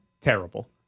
Terrible